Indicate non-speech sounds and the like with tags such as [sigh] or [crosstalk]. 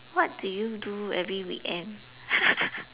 what do you do every weekend [laughs]